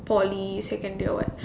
Poly secondary or what